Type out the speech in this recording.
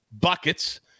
Buckets